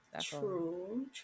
true